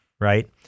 right